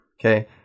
okay